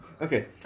okay